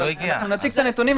אנחנו נציג את הנתונים,